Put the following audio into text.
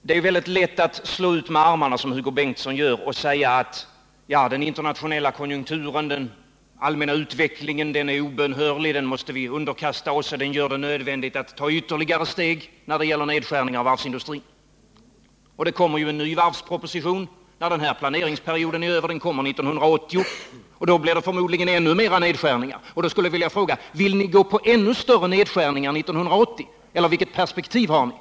Det är väldigt lätt att slå ut med armarna som Hugo Bengtsson gör och säga att den internationella konjunkturen, den allmänna utvecklingen, är obönhörlig och att vi måste underkasta oss den, den gör det nödvändigt att ta ytterligare steg när det gäller nedskärningen av varvsindustrin. Det kommer ju en ny varvsproposition när den här planeringsperioden är över. Den propositionen framläggs 1980, och då blir det förmodligen ännu fler nedskärningar. Jag vill därför fråga: Vill ni ha ännu större nedskärningar 1980 eller vilket perspektiv har ni?